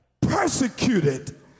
persecuted